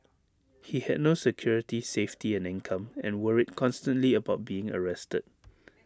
he had no security safety and income and worried constantly about being arrested